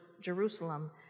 Jerusalem